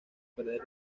perder